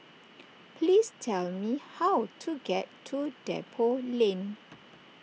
please tell me how to get to Depot Lane